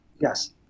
Yes